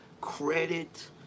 credit